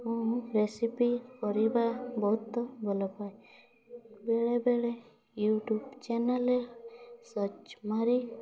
ମୁଁ ରେସିପି କରିବା ବହୁତ ଭଲପାଏ ବେଳେ ବେଳେ ୟୁଟ୍ୟୁବ୍ ଚ୍ୟାନେଲ୍ ସର୍ଚ୍ଚ ମାରେ